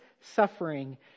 suffering